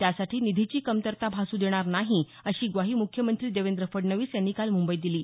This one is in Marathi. त्यासाठी निधीची कमतरता भासू देणार नाही अशी ग्वाही मुख्यमंत्री देवेंद्र फडणवीस यांनी काल मुंबईत दिली